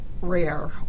rare